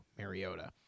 Mariota